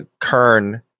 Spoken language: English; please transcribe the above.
Kern